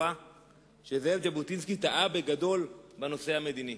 שזאב ז'בוטינסקי טעה בגדול בנושא המדיני.